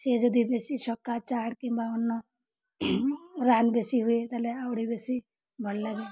ସିଏ ଯଦି ବେଶି ଛକା ଚାର୍ କିମ୍ବା ଅନ୍ୟ ରନ୍ ବେଶୀ ହୁଏ ତାହେଲେ ଆହୁରି ବେଶୀ ଭଲ ଲାଗେ